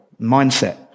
mindset